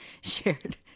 shared